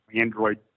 Android